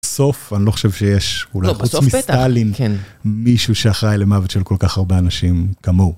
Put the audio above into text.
בסוף אני לא חושב שיש אולי חוץ מסטלין, מישהו שאחראי למוות של כל כך הרבה אנשים כמוהו.